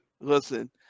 Listen